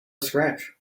scratch